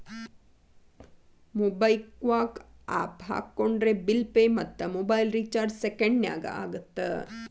MobiKwik app ಹಾಕೊಂಡ್ರೆ bill pay ಮತ್ತ mobile recharge ಸೆಕೆಂಡನ್ಯಾಗ ಆಗತ್ತ